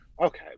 Okay